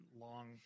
long